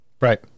Right